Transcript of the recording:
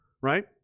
right